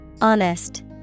Honest